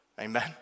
Amen